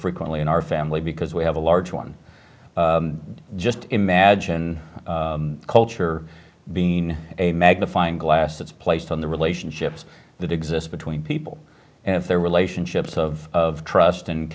frequently in our family because we have a large one just imagine culture being a magnifying glass that's placed on the relationships that exist between people and their relationships of trust and